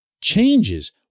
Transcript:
changes